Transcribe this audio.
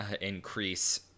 increase